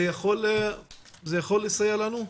זה יכול לסייע לנו?